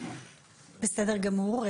בסדר גמור,